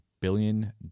billion